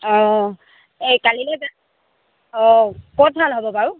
অ এই কালিলৈ অ ক'ত ভাল হ'ব বাৰু